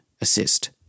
assist